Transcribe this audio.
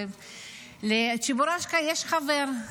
לצ'יבורשקה יש חבר,